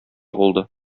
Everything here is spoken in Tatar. булды